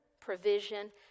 provision